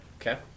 Okay